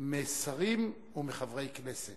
משרים ומחברי כנסת.